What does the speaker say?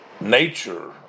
nature